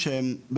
שהם,